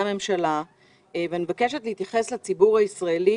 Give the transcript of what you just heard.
הממשלה ומבקשת להתייחס אל הציבור הישראלי,